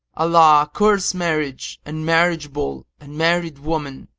allah curse marriage and marriageable and married women,